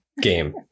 game